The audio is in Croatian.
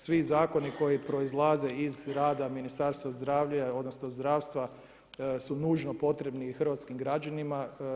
Svi zakoni koji proizlaze iz rada Ministarstva zdravlja, odnosno zdravstva, su nužno potrebni i hrvatskim građanima.